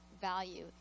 value